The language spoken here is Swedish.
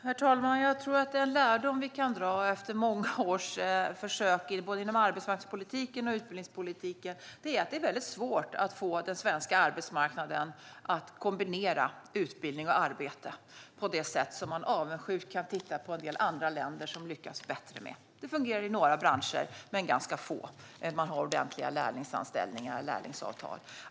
Herr talman! Jag tror att en lärdom vi kan dra efter många års försök inom både arbetsmarknadspolitiken och utbildningspolitiken är att det är väldigt svårt att få den svenska arbetsmarknaden att kombinera utbildning och arbete på det sätt vi med avundsjuka kan se att en del andra länder lyckas bättre med. Det fungerar i några branscher men ganska få. Det är där man har ordentliga lärlingsanställningar eller lärlingsavtal.